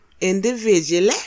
individually